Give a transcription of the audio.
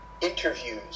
interviews